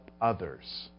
others